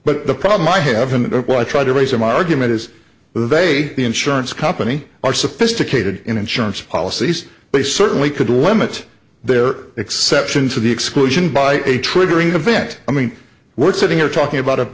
but the problem i have and while i try to raise an argument is the v a the insurance company are sophisticated in insurance policies but he certainly could limit their exception to the exclusion by a triggering event i mean we're sitting here talking about a